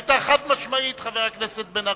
היתה חד-משמעית, חבר הכנסת בן-ארי.